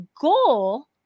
goal